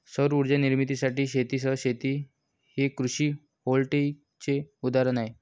सौर उर्जा निर्मितीसाठी शेतीसह शेती हे कृषी व्होल्टेईकचे उदाहरण आहे